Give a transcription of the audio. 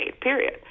period